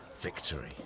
victory